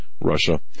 Russia